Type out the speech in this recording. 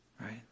Right